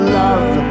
love